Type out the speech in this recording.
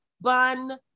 bun